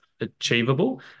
achievable